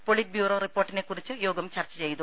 politburo റിപ്പോർട്ടിനെക്കുറിച്ച് യോഗം ചർച്ചചെയ്തു